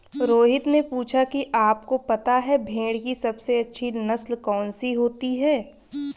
रोहित ने पूछा कि आप को पता है भेड़ की सबसे अच्छी नस्ल कौन सी होती है?